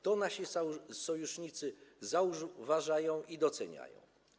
To nasi sojusznicy zauważają i doceniają.